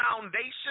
foundation